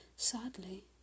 Sadly